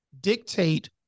dictate